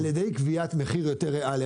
ע"י קביעת מחיר יותר ריאלי.